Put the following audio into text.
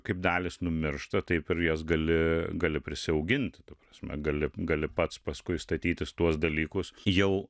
kaip dalys numiršta taip ir jas gali gali prisiauginti ta prasme gali gali pats paskui statytis tuos dalykus jau